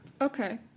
Okay